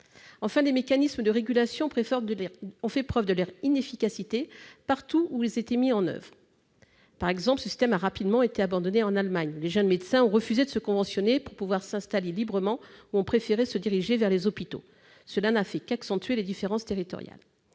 Enfin, les mécanismes de régulation ont fait preuve de leur inefficacité partout où ils ont été mis en oeuvre. Par exemple, ce système a rapidement été abandonné en Allemagne, où les jeunes médecins ont soit refusé de se conventionner pour pouvoir s'installer librement, soit préféré se diriger vers les hôpitaux. Cela n'a fait qu'accentuer les différences territoriales.